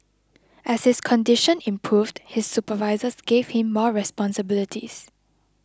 as his condition improved his supervisors gave him more responsibilities